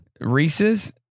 Reese's